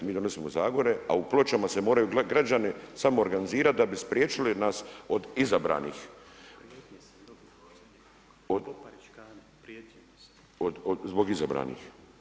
Mi donosimo zakone, a u Pločama se moraju građani samoorganizirati da bi spriječili nas od izabranih, zbog izabranih.